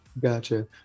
Gotcha